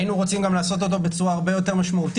היינו רוצים גם לעשות אותו בצורה הרבה יותר משמעותית,